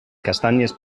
castanyes